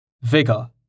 Vigor